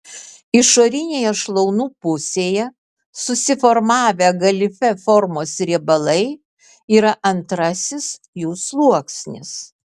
išorinėje šlaunų pusėje susiformavę galifė formos riebalai yra antrasis jų sluoksnis